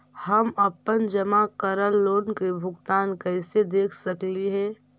हम अपन जमा करल लोन के भुगतान कैसे देख सकली हे?